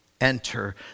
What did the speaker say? Enter